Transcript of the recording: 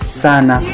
sana